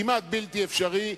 כמעט בלתי אפשרי,